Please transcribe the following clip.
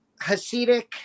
Hasidic